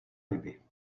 ryby